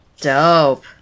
Dope